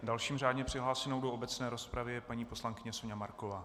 Další řádně přihlášenou do obecné rozpravy je paní poslankyně Soňa Marková.